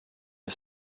are